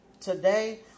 today